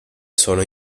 sono